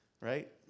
right